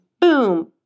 boom